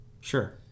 Sure